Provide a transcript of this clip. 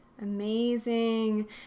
amazing